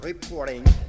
Reporting